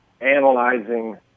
analyzing